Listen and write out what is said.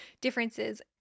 differences